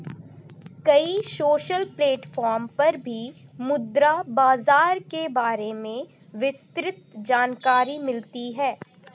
कई social platform पर भी मुद्रा बाजार के बारे में विस्तृत जानकरी मिलती है